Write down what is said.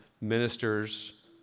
ministers